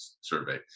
Survey